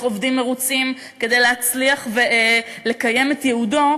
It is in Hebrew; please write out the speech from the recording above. עובדים מרוצים כדי להצליח ולקיים את ייעודו,